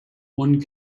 one